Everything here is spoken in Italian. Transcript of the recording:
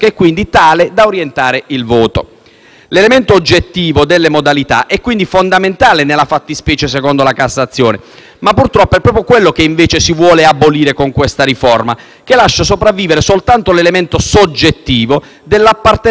L'elemento oggettivo delle modalità è quindi fondamentale nella fattispecie, secondo la Cassazione, ma purtroppo è proprio quello che invece si vuole abolire con questa riforma, che lascia sopravvivere soltanto l'elemento soggettivo dell'appartenenza del singolo al sodalizio criminale;